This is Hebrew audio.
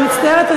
אני מצטערת.